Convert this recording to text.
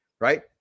right